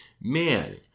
man